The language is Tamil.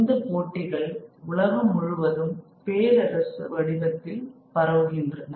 இந்த போட்டிகள் உலகம் முழுவதும் பேரரசு வடிவத்தில் பரவுகின்றன